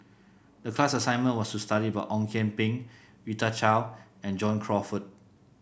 the class assignment was to study about Ong Kian Peng Rita Chao and John Crawfurd